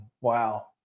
wow